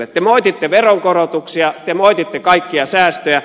te moititte veronkorotuksia te moititte kaikkia säästöjä